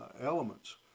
elements